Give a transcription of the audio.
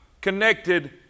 connected